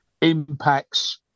impacts